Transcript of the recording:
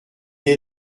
est